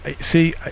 See